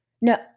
No